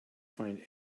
find